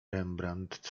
rembrandt